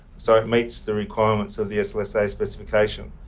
so it meets the requirements of the slsa specification.